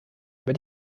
über